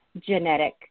genetic